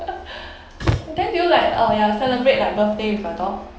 then do you like uh ya celebrate like birthday with your dog